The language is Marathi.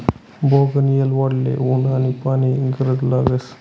बोगनयेल वाढाले ऊन आनी पानी नी गरज लागस